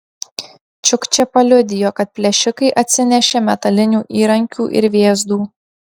čiukčė paliudijo kad plėšikai atsinešė metalinių įrankių ir vėzdų